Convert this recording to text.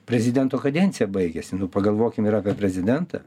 prezidento kadencija baigėsi nu pagalvokime ir apie prezidentą